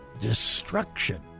Destruction